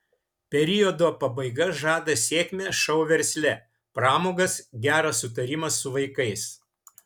periodo pabaiga žada sėkmę šou versle pramogas gerą sutarimą su vaikais